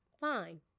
fine